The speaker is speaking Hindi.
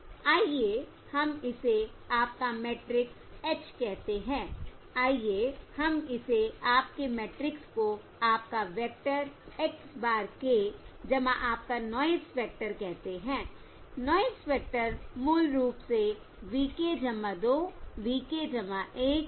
आइए हम इसे आपका मैट्रिक्स h कहते हैं आइए हम इसे आपके मैट्रिक्स को आपका वेक्टर x bar k आपका नॉयस वेक्टर कहते हैं नॉयस वेक्टर मूल रूप से v k 2 v k 1 v k है